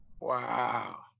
Wow